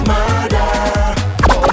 Murder